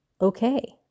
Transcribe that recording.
okay